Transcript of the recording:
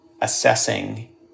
assessing